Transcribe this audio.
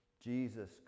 Jesus